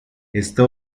está